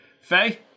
Faye